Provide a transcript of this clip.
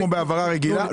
כמו בהעברה רגילה?